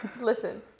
listen